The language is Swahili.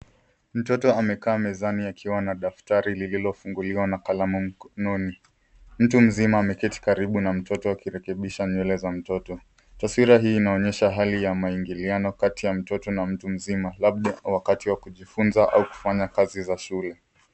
Mtoto amekaa mezani akiwa na daftrari lililofunguliwa na kalamu mkononi. Mtu mzima ameketi karibu na mtoto akirekebisha nywele za mtoto. Taswira hii inaonyesha hali ya maingiliano kati ya mtoto na mtu mzima, labda wakati wa kujifunza au kufanya kazi za shule.